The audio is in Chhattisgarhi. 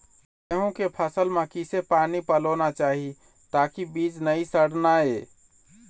गेहूं के फसल म किसे पानी पलोना चाही ताकि बीज नई सड़ना ये?